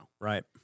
Right